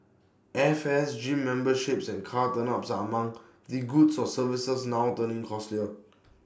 airfares gym memberships and car tuneups are among the goods or services now turning costlier